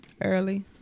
Early